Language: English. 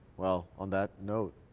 well on that note,